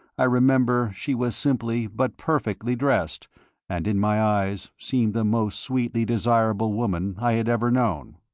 i remember, she was simply but perfectly dressed and, in my eyes, seemed the most sweetly desirable woman i had ever known.